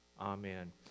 Amen